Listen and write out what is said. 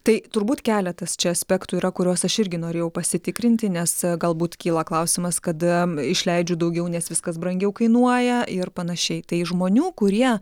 tai turbūt keletas čia aspektų yra kurios aš irgi norėjau pasitikrinti nes galbūt kyla klausimas kad išleidžiu daugiau nes viskas brangiau kainuoja ir panašiai tai žmonių kurie